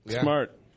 Smart